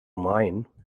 mine